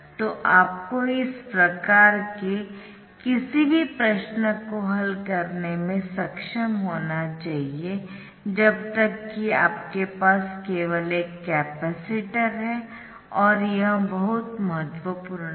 तो आपको इस प्रकार के किसी भी प्रश्न को हल करने में सक्षम होना चाहिए जब तक कि आपके पास केवल एक कपैसिटर है और यह बहुत महत्वपूर्ण है